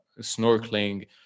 snorkeling